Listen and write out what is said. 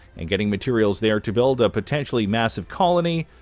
and getting materials there to build a potentially massive colony?